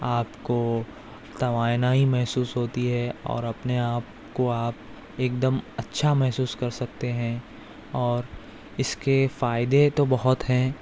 آپ کو توانائی محسوس ہوتی ہے اور اپنے آپ کو آپ ایک دم اچھا محسوس کر سکتے ہیں اور اس کے فائدے تو بہت ہیں